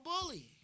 bully